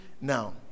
Now